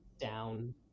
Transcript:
down